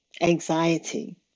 anxiety